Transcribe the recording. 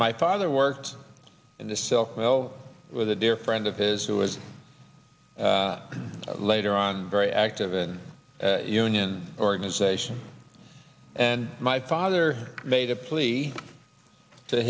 my father worked in the silk well with a dear friend of his who was later on very active in union organization and my father made a plea to